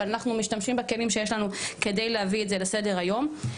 אבל אנחנו משתמשים בכלים שיש לנו כדי להביא את זה לסדר היום.